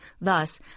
Thus